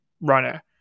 runner